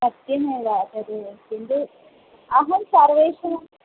सस्यमेला तदेव किन्तु अहं सर्वेषाम्